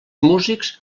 músics